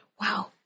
Wow